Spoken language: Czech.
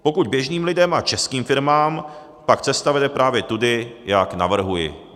Pokud běžným lidem a českým firmám, pak cesta vede právě tudy, jak navrhuji.